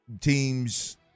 teams